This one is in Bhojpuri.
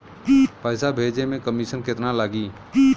पैसा भेजे में कमिशन केतना लागि?